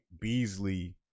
Beasley